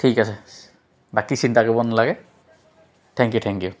ঠিক আছে বাকী চিন্তা কৰিব নালাগে থেংক ইউ থেংক ইউ